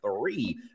three